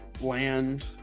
land